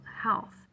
health